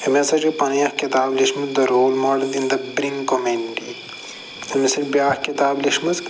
أمۍ ہَسا چھِ پَنٕنۍ اکھ کِتاب لیٚچھمٕژ the role model in the green community أمۍ ہَسا چھِ بیٛاکھ کِتاب لیٚچھمٕژ